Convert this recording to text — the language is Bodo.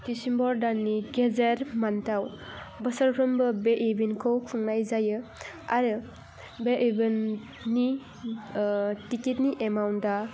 दिसिम्बर दाननि गेजेर मान्थआव बोसोरफ्रोमबो बे इबिनखौ खुंनाय जायो आरो बे इबेन्टनि टिकेटनि एमाउन्टआ